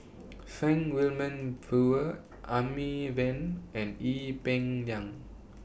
Frank Wilmin Brewer Amy Van and Ee Peng Liang